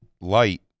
light